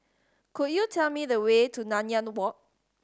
could you tell me the way to Nanyang Walk